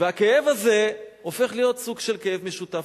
והכאב הזה הופך להיות סוג של כאב משותף.